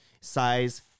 size